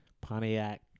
Pontiac